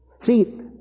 See